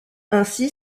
ainsi